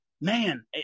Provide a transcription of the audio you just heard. man